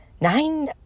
nine